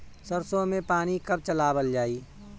सरसो में पानी कब चलावल जाई?